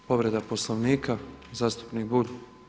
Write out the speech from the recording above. Povreda Poslovnika zastupnik Bulj.